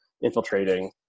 infiltrating